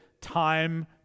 time